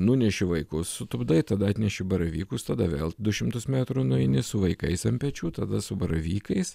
nuneši vaikus sutupdai tada atneši baravykus tada vėl du šimtus metrų nueini su vaikais ant pečių tada su baravykais